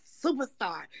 superstar